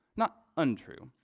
not untrue.